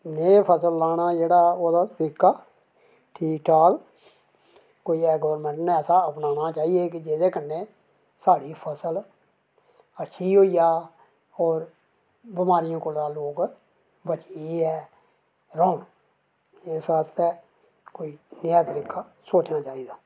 नेहं फसल लाना जेह्ड़ा नुहाड़ा तरीका ठीक ठाक कोई गौरमैंट नै ऐसा अपनाना चाहिदा की साढ़ी फसल अच्छी होई जा होर बमारियें कोला लोक बचियै रौह्न इस आस्तै कोई नेआं तरीका छुड़ना चाहिदा ऐ